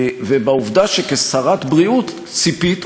בעובדה שכשרת בריאות ציפית,